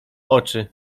oczy